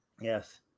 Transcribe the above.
Yes